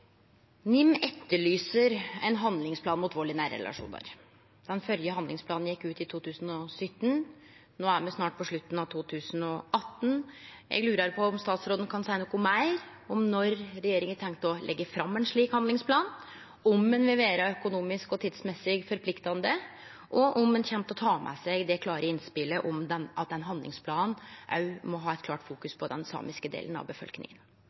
NIM etterlyser ein handlingsplan mot vald i nære relasjonar. Den førre handlingsplanen gjekk ut i 2017 – no er me snart på slutten av 2018. Eg lurar på om statsråden kan seie noko meir om når regjeringa har tenkt å leggje fram ein slik handlingsplan, om han vil vere økonomisk og tidsmessig forpliktande, og om han kjem til å ta med seg det klare innspelet om at ein handlingsplan òg må fokusere klart på den samiske delen av befolkninga.